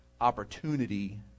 opportunity